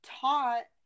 taught